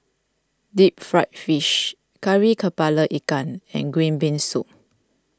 Deep Fried Fish Kari Kepala Ikan and Green Bean Soup